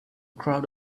crowd